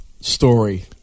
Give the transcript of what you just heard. story